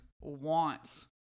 wants